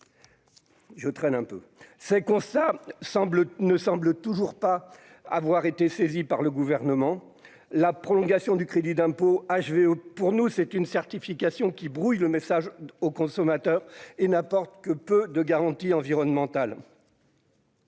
c'est con ça semble ne semble toujours pas avoir été saisi par le gouvernement, la prolongation du crédit d'impôt HVE pour nous c'est une certification qui brouille le message aux consommateurs et n'apporte que peu de garanties environnementales.